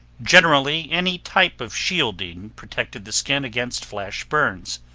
generally, any type of shielding protected the skin against flash burns,